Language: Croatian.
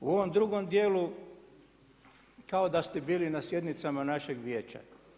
U ovom drugom dijelu kao da ste bili na sjednicama našeg vijeća.